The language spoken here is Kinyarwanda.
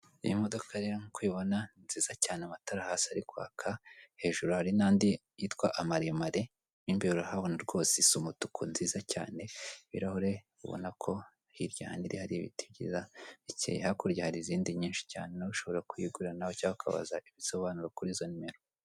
Iyi modoka rero nk'uko uyibona ni nziza cyane, amatara hasi ari kwaka, hejuru hari n'andi yitwa amaremare n'imbe urahabona rwose isa umutuku nziza cyane, ibirahure ubona ko hirya ahantu iri hari ibiti bikeye, hakurya hari izindi nyinshi cyane nawe ushobora kuyigurira nawe cyangwa ukabazaza ibisobanuro kuri izo nimero.